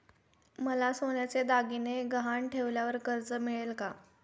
मला सोन्याचे दागिने गहाण ठेवल्यावर कर्ज मिळेल का?